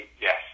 yes